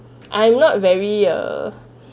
I am not very uh